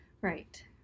Right